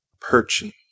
perching